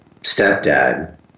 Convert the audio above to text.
stepdad